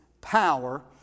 power